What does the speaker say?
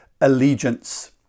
allegiance